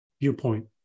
viewpoint